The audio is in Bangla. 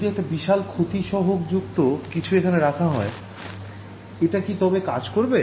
যদি একটা বিশাল ক্ষতি সহগ যুক্ত কিছু এখানে রাখা হয় এটা কি তবে কাজ করবে